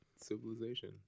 civilization